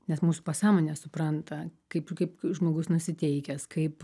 nes mūsų pasąmonė supranta kaip kaip žmogus nusiteikęs kaip